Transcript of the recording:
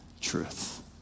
truth